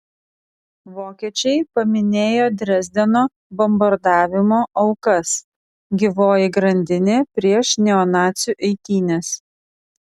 vokiečiai paminėjo dresdeno bombardavimo aukas gyvoji grandinė prieš neonacių eitynes